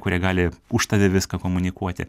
kurie gali už tave viską komunikuoti